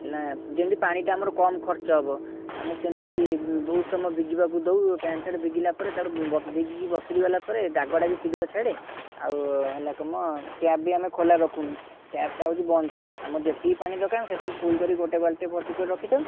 ଲା ଯେମିତି ପାଣି ଟା ଆମର କମ ଖର୍ଚ୍ଚ ହବ ଆମେ ସେମିତି ବହୁତ ସମୟ ଭିଗିବାକୁ ଦଉ ପ୍ୟାଣ୍ଟ ସାର୍ଟ୍ ଭିଗିଲା ପରେ ତାପରେ ବତ୍ ଭିଗିକି ବତୁରି ଗଲା ପରେ ଦାଗ ଟା ବି ଶୀଘ୍ର ଛାଡ଼େ ଆଉ ହେଲା କାମ ଟ୍ୟାପ୍ ବି ଆମେ ଖୋଲା ରଖୁନି ଟ୍ୟାପ୍ ଟା ହେଉଛି ଆମର ବନ୍ଦ ଥାଏ ଆମର ଯେତିକି ପାଣି ଦରକାର ସେତିକି ପାଣି ଫୁଲଲ୍ ରଖିକି ଗୋଟେ ବାଲଟି ଭର୍ତ୍ତି କରିକି ରଖିଥାଉ